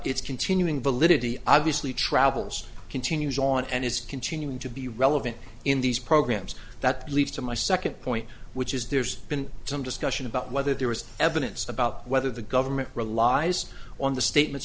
its continuing validity obviously travel's continues on and is continuing to be relevant in these programs that leads to my second point which is there's been some discussion about whether there was evidence about whether the government relies on the statements